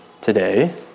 today